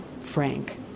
Frank